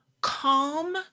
calm